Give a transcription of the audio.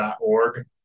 org